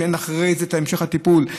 שאין אחרי זה את המשך הטיפול,